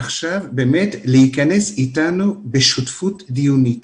עכשיו להיכנס אתנו לשותפות דיונית